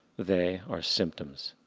they are symptoms.